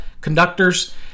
conductors